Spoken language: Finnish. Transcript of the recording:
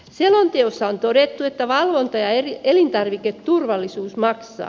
selonteossa on todettu että valvonta ja elintarviketurvallisuus maksaa